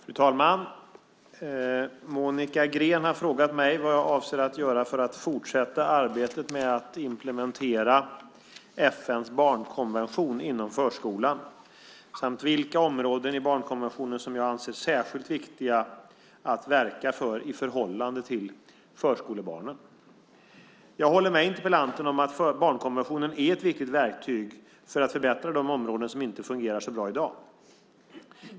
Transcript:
Fru talman! Monica Green har frågat mig vad jag avser att göra för att fortsätta arbetet med att implementera FN:s barnkonvention inom förskolan samt vilka områden i barnkonventionen som jag anser särskilt viktiga att verka för i förhållande till förskolebarnen. Jag håller med interpellanten om att barnkonventionen är ett viktigt verktyg för att förbättra de områden som inte fungerar så bra i dag.